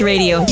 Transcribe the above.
Radio